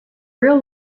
real